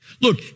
Look